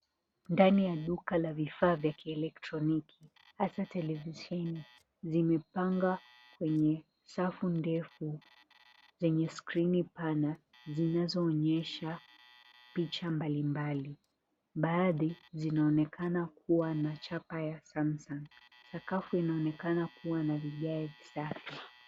Ndani ya duka la vifaa vya kielektoniki hasa televisheni zimepangwa kwenye safu ndefu zenye screen pana zinazoonyesha picha mbalimbali, baadhi zinaonekana kuwa na chapa ya Samsung. Sakafu inaonekana kuwa na vigae visafi.